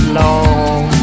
long